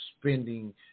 spending